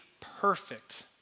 perfect